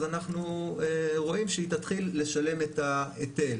אז אנחנו רואים שהיא תתחיל לשלם את ההיטל,